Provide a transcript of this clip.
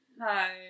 Hi